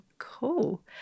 Cool